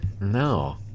No